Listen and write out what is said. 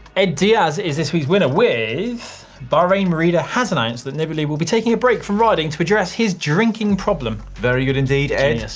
ed diaz is this week's winner with, bahrain-merida has announced that nibali will be taking a break from riding to address his drinking problem. very good indeed ed. genius.